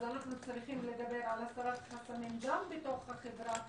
אז אנחנו צריכים לדבר על הסרת חסמים גם בתוך החברה,